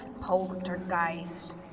poltergeist